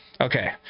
Okay